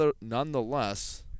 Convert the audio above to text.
nonetheless